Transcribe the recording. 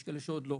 יש כאלה שעוד לא,